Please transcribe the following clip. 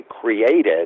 created